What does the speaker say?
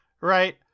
Right